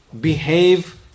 behave